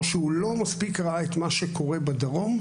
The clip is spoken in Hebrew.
או שהוא לא מספיק ראה את מה שקורה בדרום,